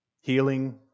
Healing